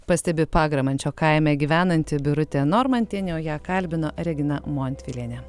pastebi pagramančio kaime gyvenanti birutė normantienė o ją kalbino regina montvilienė